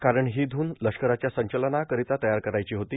कारण ही धून लष्कराच्या संचलनाकरिता तयार करायची होती